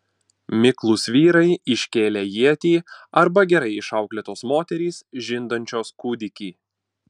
miklūs vyrai iškėlę ietį arba gerai išauklėtos moterys žindančios kūdikį